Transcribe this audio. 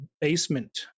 basement